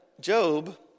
Job